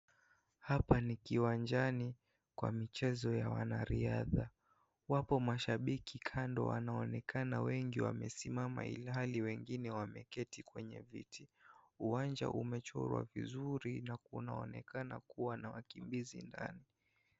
Hapa ni kiwanjani kwa michezo ya wana riadha. Wapo mashabiki kando wanaonekana wengi wamesimama, ilhali wengine wameketi kwenye viti. Uwanja umechora vizuri na unaonekana kuwa na wakimbiaji ndani.